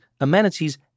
amenities